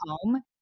home